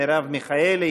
מרב מיכאלי,